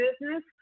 business